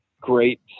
great